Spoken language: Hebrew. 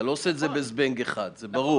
אתה לא עושה את זה בזבנג אחד, זה ברור.